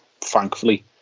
thankfully